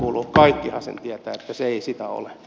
kaikkihan sen tietävät että se ei sitä ole